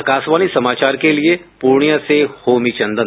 आकाशवाणी समाचार के लिए पूर्णिया से होमी चंदन